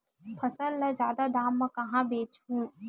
फसल ल जादा दाम म कहां बेचहु?